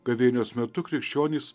gavėnios metu krikščionys